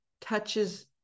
touches